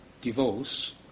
divorce